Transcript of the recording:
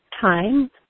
time